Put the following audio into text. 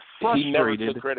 frustrated